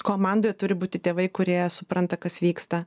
komandoje turi būti tėvai kurie supranta kas vyksta